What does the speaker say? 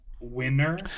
winner